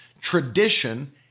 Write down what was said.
Tradition